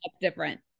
Different